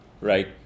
right